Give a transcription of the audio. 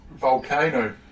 Volcano